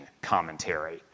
commentary